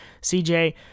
CJ